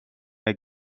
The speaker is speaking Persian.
نون